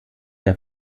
der